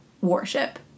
warship